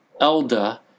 Elda